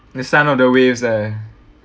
the sound of the waves there